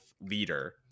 leader